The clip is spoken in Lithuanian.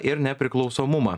ir nepriklausomumą